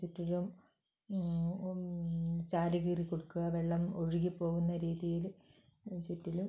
ചുറ്റിലും ചാല് കീറിക്കൊടുക്കുക വെള്ളം ഒഴുകിപ്പോകുന്ന രീതിയില് ചുറ്റിലും